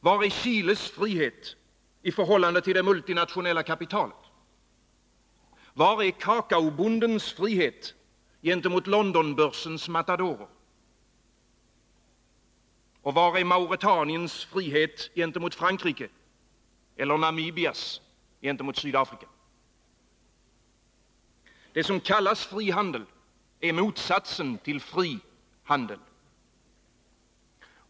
Var är Chiles frihet i förhållande till det multinationella kapitalet? Var är kakaobondens frihet gentemot Londonbörsens matadorer? Var är Mauretaniens frihet gentemot Frankrike eller Namibias gentemot Sydafrika? Det som kallas frihandel är motsatsen till fri handel.